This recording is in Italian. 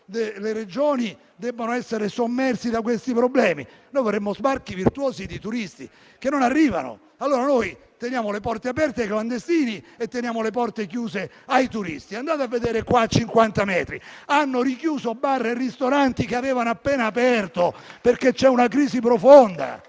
regionali, siano sommerse da questi problemi? Noi vorremmo sbarchi virtuosi di turisti, che non arrivano. Allora noi teniamo le porte aperte ai clandestini e teniamo le porte chiuse ai turisti. Andate a vedere a 50 metri da qui: hanno richiuso bar e ristoranti che avevano appena aperto perché c'è una crisi profonda.